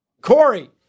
Corey